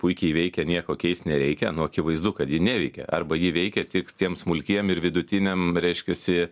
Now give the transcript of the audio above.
puikiai veikia nieko keist nereikia nu akivaizdu kad ji neveikia arba ji veikia tik tiems smulkiem ir vidutiniam reiškiasi